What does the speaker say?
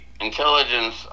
intelligence